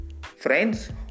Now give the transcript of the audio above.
friends